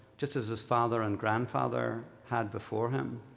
just as his father and grandfather had before him.